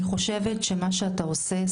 אני חושבת שמה שאתה עושה,